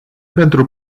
pentru